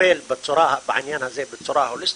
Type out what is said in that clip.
שתטפל בעניין הזה בצורה הוליסטית,